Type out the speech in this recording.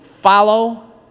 follow